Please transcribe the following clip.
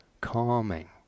calming